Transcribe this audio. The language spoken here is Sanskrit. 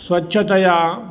स्वच्छतया